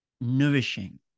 nourishing